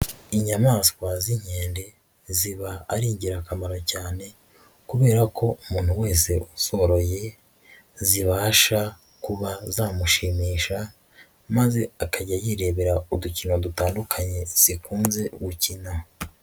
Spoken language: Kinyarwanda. Inyamaswa z'inkende ziba ari ingirakamaro cyane kubera ko umuntu wese uzoroye zibasha kuba zamushimisha, maze akajya yirebera udukino dutandukanye zikunze gukina.